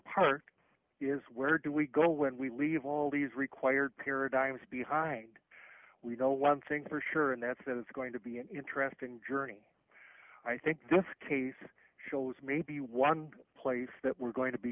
part is where do we go when we leave all these required paradigms behind we go one thing for sure and that's that it's going to be an interesting journey i think this case shows maybe one place that we're going to be